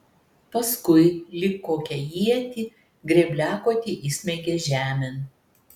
paskui lyg kokią ietį grėbliakotį įsmeigė žemėn